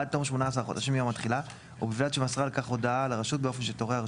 עד תום 18 חודשים מיום התחילה,